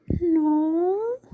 no